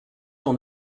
ton